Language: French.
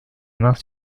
mains